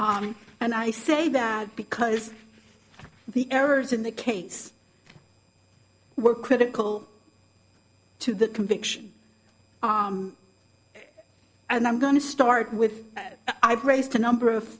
arm and i say that because the errors in the case were critical to the conviction and i'm going to start with i've raised a number of